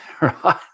right